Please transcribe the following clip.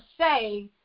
say